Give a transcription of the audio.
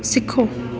सिखो